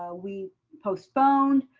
ah we postponed.